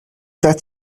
that